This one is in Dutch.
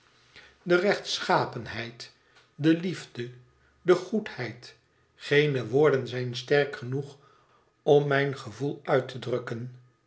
de rechtschapenheid de liefde de goedheid geene woorden zijn sterk genoeg om mijn gevoel uit te drukken